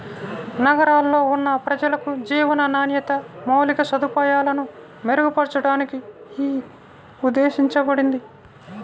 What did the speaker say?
నగరాల్లో ఉన్న ప్రజలకు జీవన నాణ్యత, మౌలిక సదుపాయాలను మెరుగుపరచడానికి యీ ఉద్దేశించబడింది